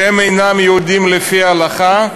שהם אינם יהודים לפי ההלכה,